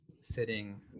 sitting